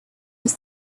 was